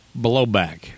blowback